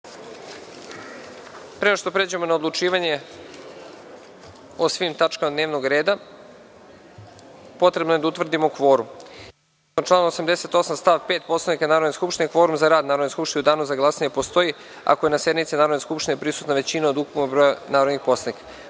nego što pređemo na odlučivanje o svim tačkama dnevnog reda potrebno je da utvrdimo kvorum. Saglasno članu 88. stav 5. Poslovnika Narodne skupštine, kvorum za rad Narodne skupštine u danu za glasanje postoji ako je na sednici Narodne skupštine prisutna većina od ukupnog broja narodnih poslanika. Molim